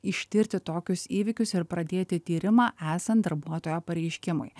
ištirti tokius įvykius ir pradėti tyrimą esant darbuotojo pareiškimui